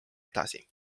edasi